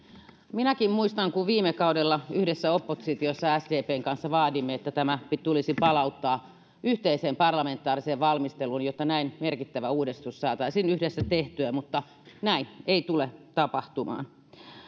minäkin muistan kun viime kaudella yhdessä oppositiossa sdpn kanssa vaadimme että tämä tulisi palauttaa yhteiseen parlamentaariseen valmisteluun jotta näin merkittävä uudistus saataisiin yhdessä tehtyä mutta näin ei tule tapahtumaan